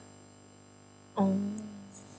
oh